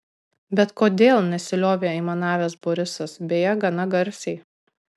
bet kodėl nesiliovė aimanavęs borisas beje gana garsiai